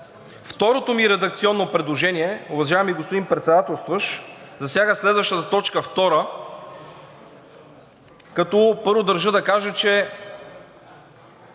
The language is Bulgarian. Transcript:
Второто ми редакционно предложение, уважаеми господин Председателстващ, засяга следващата точка втора. Като първо, държа да кажа, че